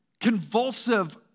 convulsive